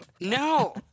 No